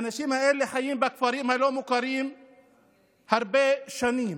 האנשים האלה חיים בכפרים הלא-מוכרים הרבה שנים,